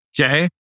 Okay